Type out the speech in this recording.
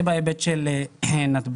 זה בהיבט של נתב"ג.